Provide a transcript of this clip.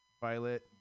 Violet